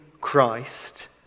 Christ